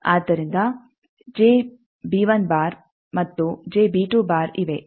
ಆದ್ದರಿಂದ ಮತ್ತು ಇವೆ ಎಂದು ನಿಮಗೆ ತಿಳಿದಿದೆ